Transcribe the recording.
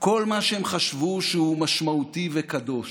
כל מה שהם חשבו שהוא משמעותי וקדוש,